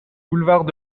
boulevard